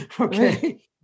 okay